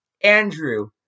Andrew